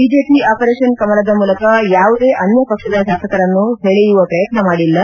BJP operation ಕಮಲದ ಮೂಲಕ ಯಾವುದೇ ಅನ್ನ ಪಕ್ಷದ ಶಾಸಕರನ್ನು ಸೆಳೆಯುವ ಪ್ರಯತ್ನ ಮಾಡಿಲ್ಲ